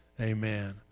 Amen